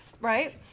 right